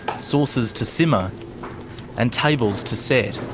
sauces to simmer and tables to set.